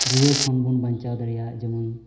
ᱨᱩᱣᱟᱹ ᱠᱷᱚᱱ ᱵᱚᱱ ᱵᱟᱧᱪᱟᱣ ᱫᱟᱲᱮᱭᱟᱜ ᱡᱮᱢᱚᱱ